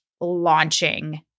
launching